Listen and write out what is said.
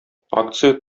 акция